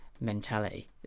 mentality